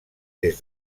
des